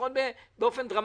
באופן דרמטי.